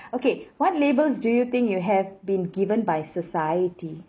okay what labels do you think you have been given by society